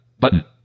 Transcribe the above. Button